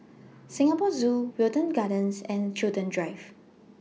Singapore Zoo Wilton Gardens and Chiltern Drive